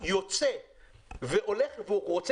ואני יושבת-ראש הוועדה